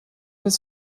des